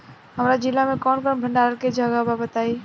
हमरा जिला मे कवन कवन भंडारन के जगहबा पता बताईं?